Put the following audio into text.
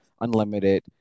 unlimited